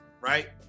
right